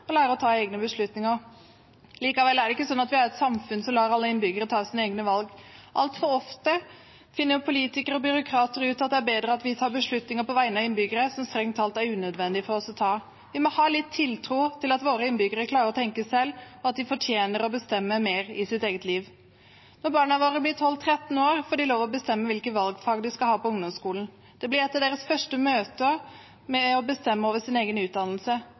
og lære å ta egne beslutninger. Likevel er det ikke sånn at vi har et samfunn som lar alle innbyggere ta sine egne valg. Altfor ofte finner politikere og byråkrater ut at det er bedre at vi på vegne av innbyggere tar beslutninger som strengt tatt er unødvendig for oss å ta. Vi må ha litt tiltro til at våre innbyggere klarer å tenke selv, at de fortjener å bestemme mer i sitt eget liv. Når barna våre blir 12–13 år, får de lov til å bestemme hvilke valgfag de skal ha på ungdomsskolen. Det blir et av deres første møter med å bestemme over sin egen utdannelse.